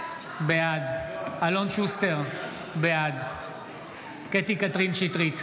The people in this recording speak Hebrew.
בעד אלון שוסטר, בעד קטי קטרין שטרית,